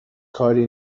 کاری